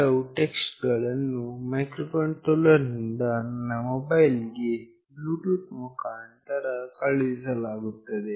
ಕೆಲವು ಟೆಕ್ಸ್ಟ್ ಗಳನ್ನು ಮೈಕ್ರೋಕಂಟ್ರೋಲರ್ ನಿಂದ ನನ್ನ ಮೊಬೈಲ್ ಗೆ ಬ್ಲೂಟೂತ್ ಮುಖಾಂತರ ಕಳುಹಿಸಲಾಗುತ್ತದೆ